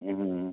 ꯎꯝ